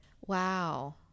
wow